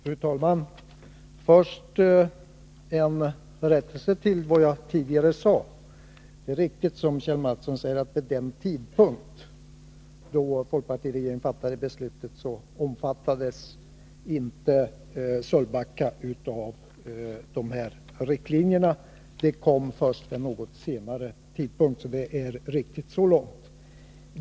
Fru talman! Först en rättelse till det som jag tidigare sade. Det är riktigt, som Kjell Mattsson framhöll, att Sölvbackaströmmarna vid den tidpunkt då folkpartiregeringen fattade beslutet om utbyggnad inte omfattades av de här riktlinjerna. Dessa kom först vid en något senare tidpunkt. Det är riktigt så långt.